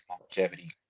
longevity